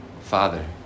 father